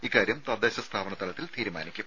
ഇക്കാര്യം തദ്ദേശ സ്ഥാപനതലത്തിൽ തീരുമാനിക്കും